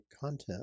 content